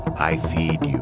i feed you,